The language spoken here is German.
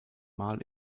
mal